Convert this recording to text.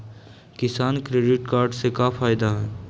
किसान credit card से का फायदा है?